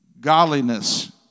Godliness